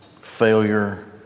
failure